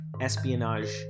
espionage